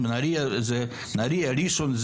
נהריה וראשון,